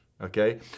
okay